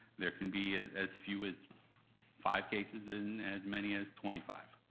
there can be as few as five cases and as many as twenty five.